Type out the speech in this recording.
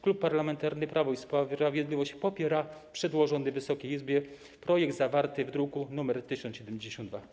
Klub Parlamentarny Prawo i Sprawiedliwość popiera przedłożony Wysokiej Izbie projekt zawarty w druku nr 1072.